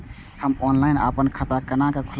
हम ऑनलाइन अपन खाता केना खोलाब?